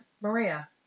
Maria